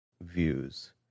views